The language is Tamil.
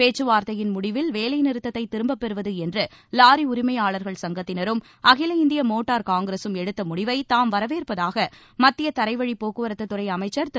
பேச்சுவார்த்தையின் முடிவில் வேலைநிறுத்தத்தை திரும்பப் பெறுவது என்று லாரி உரிமையாளர்கள் சங்கத்தினரும் அகில இந்திய மோட்டார் காங்கிரசும் எடுத்த முடிவை தாம் வரவேற்பதாக மத்திய தரைவழிப் போக்குவரத்துத் துறை அமைச்சர் திரு